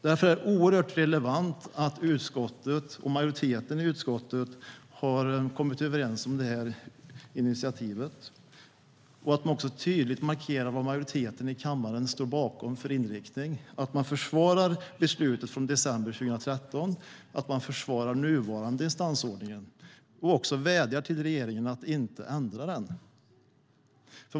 Därför är det oerhört relevant att majoriteten i utskottet har kommit överens om det här initiativet, att man tydligt markerar vad majoriteten i kammaren står bakom för inriktning, att man försvarar beslutet från december 2013 och att man försvarar den nuvarande instansordningen och vädjar till regeringen att inte ändra den.